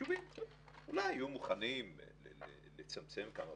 אולי יהיו מוכנים לצמצם כמה,